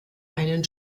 einen